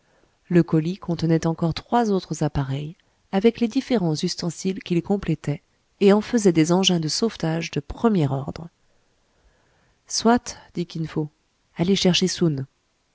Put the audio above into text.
le colis contenait encore trois autres appareils avec les différents ustensiles qui les complétaient et en faisaient des engins de sauvetage de premier ordre soit dit kin fo allez chercher soun